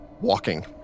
walking